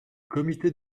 comité